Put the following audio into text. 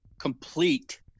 complete